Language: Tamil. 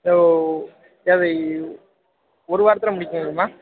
ஓ ஒரு வாரத்தில் முடிக்க முடியுமா